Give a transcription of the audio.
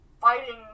fighting